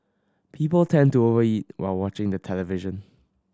people tend to over eat while watching the television